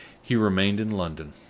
he remained in london.